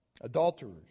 adulterers